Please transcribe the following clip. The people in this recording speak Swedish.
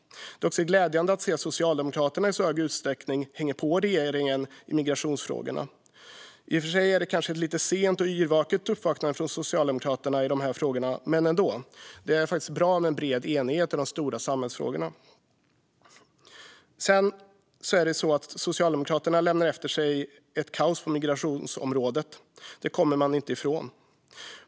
Det är också glädjande att se att Socialdemokraterna i så stor utsträckning hänger på regeringen i migrationsfrågorna. I och för sig är det kanske ett lite sent och yrvaket uppvaknande hos Socialdemokraterna i dessa frågor, men ändå. Det är bra med bred enighet i de stora samhällsfrågorna. Socialdemokraterna lämnar efter sig ett kaos på migrationsområdet. Det kommer man inte ifrån.